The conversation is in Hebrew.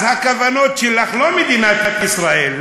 אז הכוונות שלך לא מדינת ישראל,